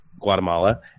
Guatemala